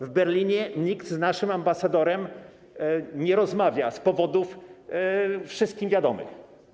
W Berlinie nikt z naszym ambasadorem nie rozmawia z powodów wszystkim wiadomych.